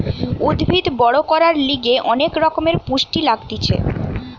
উদ্ভিদ বড় করার লিগে অনেক রকমের পুষ্টি লাগতিছে